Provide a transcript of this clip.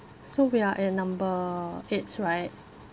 so we are at number eight right